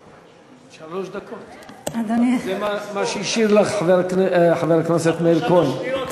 תג מחיר של הממשלה ותג מחיר של ארגוני הימין.